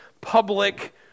public